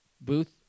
Booth